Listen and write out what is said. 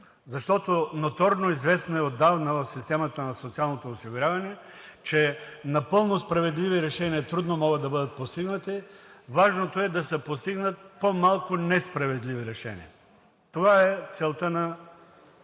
Защото ноторно известно е отдавна в системата на социалното осигуряване, че напълно справедливи решения трудно могат да бъдат постигнати, важното е да се постигнат по-малко несправедливи решения. Това е целта на